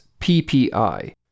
PPI